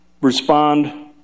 respond